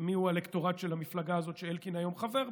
מיהו האלקטורט של המפלגה הזאת שאלקין היום חבר בה,